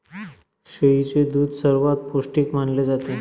शेळीचे दूध सर्वात पौष्टिक मानले जाते